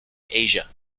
asia